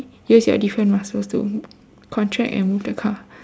use your different muscles to contract and move the car